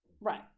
right